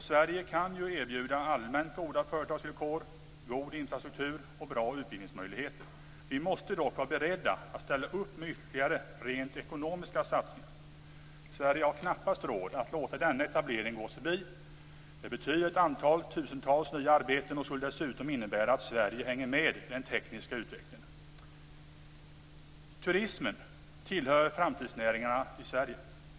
Sverige kan erbjuda allmänt goda företagsvillkor, god infrastruktur och bra utbildningsmöjligheter. Vi måste dock vara beredda att ställa upp med ytterligare rent ekonomiska satsningar. Sverige har knappast råd att låta denna etablering gå landet förbi. Det betyder tusentals nya arbeten, och skulle dessutom innebära att Sverige hänger med i den tekniska utvecklingen. Turismen tillhör framtidsnäringarna i Sverige.